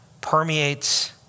permeates